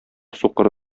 сукыр